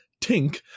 Tink